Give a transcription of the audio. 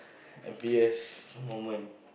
happiest moment